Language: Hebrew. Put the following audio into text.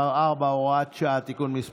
(תיקון מס' 4, הוראת שעה) (תיקון מס'